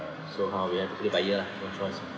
so how we have to play by ear lah no choice